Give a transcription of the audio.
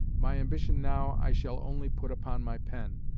my ambition now i shall only put upon my pen,